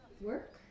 work